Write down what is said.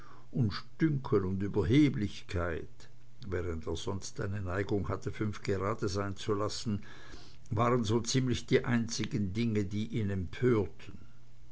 und dünkel und überheblichkeit während er sonst eine neigung hatte fünf gerade sein zu lassen waren so ziemlich die einzigen dinge die ihn empörten